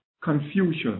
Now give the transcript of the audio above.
Confucius